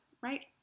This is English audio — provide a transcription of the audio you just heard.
Right